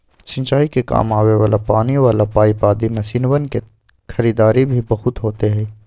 सिंचाई के काम आवे वाला पानी वाला पाईप आदि मशीनवन के खरीदारी भी बहुत होते हई